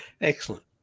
Excellent